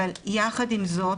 אבל יחד עם זאת